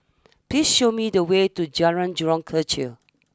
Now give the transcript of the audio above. please show me the way to Jalan Jurong Kechil